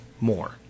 more